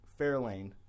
fairlane